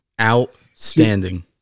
Outstanding